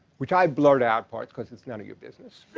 which i blurred out parts because it's none of your business.